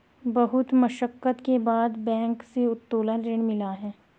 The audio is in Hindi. बहुत मशक्कत के बाद बैंक से उत्तोलन ऋण मिला है